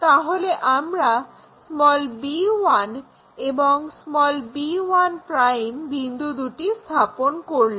তাহলে আমরা b1 এবং b1' বিন্দু দুটি স্থাপন করলাম